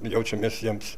jaučiamės jiems